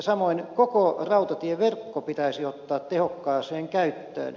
samoin koko rautatieverkko pitäisi ottaa tehokkaaseen käyttöön